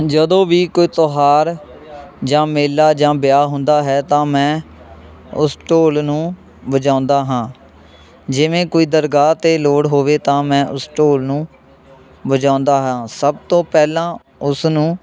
ਜਦੋਂ ਵੀ ਕੋਈ ਤਿਉਹਾਰ ਜਾਂ ਮੇਲਾ ਜਾਂ ਵਿਆਹ ਹੁੰਦਾ ਹੈ ਤਾਂ ਮੈਂ ਉਸ ਢੋਲ ਨੂੰ ਵਜਾਉਂਦਾ ਹਾਂ ਜਿਵੇਂ ਕੋਈ ਦਰਗਾਹ 'ਤੇ ਲੋੜ ਹੋਵੇ ਤਾਂ ਮੈਂ ਉਸ ਢੋਲ ਨੂੰ ਵਜਾਉਂਦਾ ਹਾਂ ਸਭ ਤੋਂ ਪਹਿਲਾਂ ਉਸ ਨੂੰ